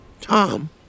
Tom